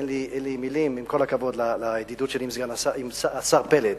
אין לי מלים, עם כל הכבוד לידידות שלי עם השר פלד.